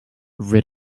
rid